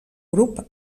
grup